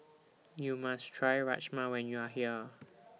YOU must Try Rajma when YOU Are here